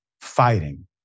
fighting